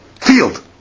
field